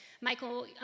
Michael